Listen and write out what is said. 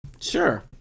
Sure